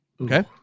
Okay